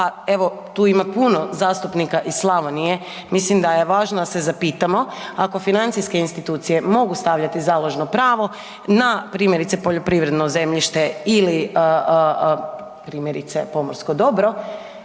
pa evo, tu ima puno zastupnika iz Slavonije, mislim da je važno da se zapitamo ako financijske institucije mogu stavljati založno pravo na primjerice poljoprivredno zemljište ili primjerice pomorsko dobro,